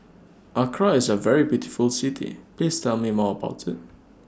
Accra IS A very beautiful City Please Tell Me More about IT